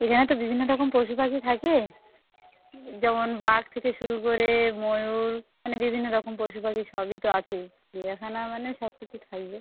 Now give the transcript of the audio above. এখানে তো বিভিন্ন রকম পশু পাখি থাকে যেমন বাঘ থেকে শুরু করে ময়ূর মানে বিভিন্ন রকম পশু পাখি সবই তো আছে চিড়িয়াখানা মানে সব কিছু থাকবে